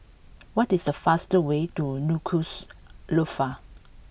what is the fast way to Nuku'alofa